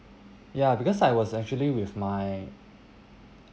ya because I was actually with my